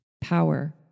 power